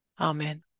Amen